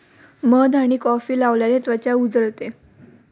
मध आणि कॉफी लावल्याने त्वचा उजळते